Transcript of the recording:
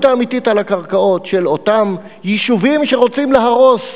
האמיתית על הקרקעות של אותם יישובים שרוצים להרוס,